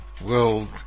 World